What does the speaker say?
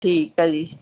ਠੀਕ ਆ ਜੀ